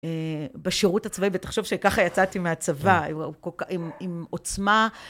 בשירות הצבאי, ותחשוב שככה יצאתי מהצבא, עם עוצמה.